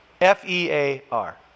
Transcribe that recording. F-E-A-R